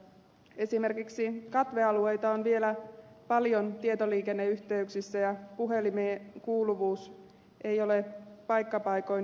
esimerkiksi katvealueita on vielä paljon tietoliikenneyhteyksissä ja puhelimien kuuluvuus ei ole paikka paikoin hyvä